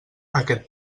aquest